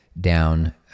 down